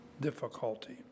difficulty